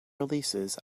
releases